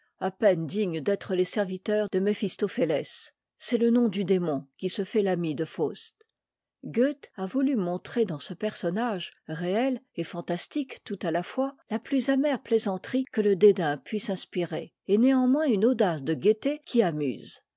à peine dignes d'être les serviteurs de méphistophétès c'est le nom du démon qui se fait l'ami de faust goethe a voulu montrer dans ce personnage réel et fantastique tout à la fois la plus amère plaisanterie que le dédain puisse inspirer et néanmoins une audace de gaieté qui amuse